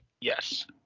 Yes